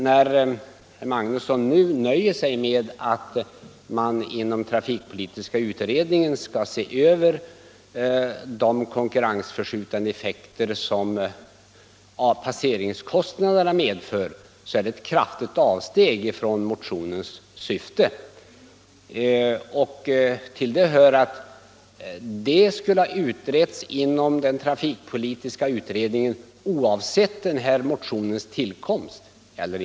När herr Magnusson nu nöjer sig med att trafikpolitiska utredningen skall se över de konkurrensförskjutande effekter som passeringskostnaderna medför är det ett kraftigt avsteg från motionens syfte. Till det hör att denna fråga skulle ha utretts inom den trafikpolitiska utredningen oavsett den här motionens tillkomst.